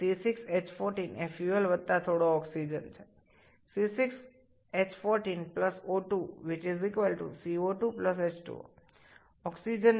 সুতরাং C6 H14 হল জ্বালানী এবং কিছু অক্সিজেন C6H14O2CO2H2O অক্সিজেনের কত মোল প্রয়োজন